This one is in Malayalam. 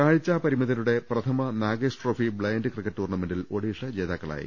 കാഴ്ചാ പരിമിതരുടെ പ്രഥമ നാഗേഷ്ട്രോഫി ബ്ലൈന്റ് ക്രിക്കറ്റ് ടൂർണ്ണമെന്റിൽ ഒഡിഷ ജേതാക്കളായി